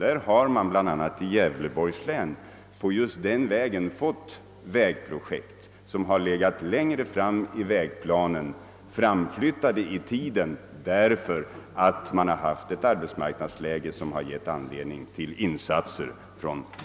även i Gävleborgs län har man fått vägprojekt på just detta sätt framflyttade i tiden på grund av att arbetsmarknadsläget gett anledning till insatser.